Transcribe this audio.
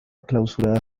clausurada